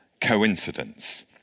coincidence